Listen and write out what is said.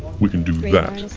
we can do that